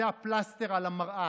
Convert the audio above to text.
זה הפלסטר על המראה.